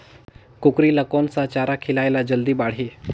कूकरी ल कोन सा चारा खिलाय ल जल्दी बाड़ही?